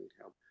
help